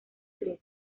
tres